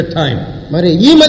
time